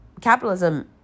Capitalism